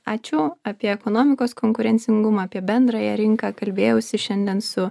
ačiū apie ekonomikos konkurencingumą apie bendrąją rinką kalbėjausi šiandien su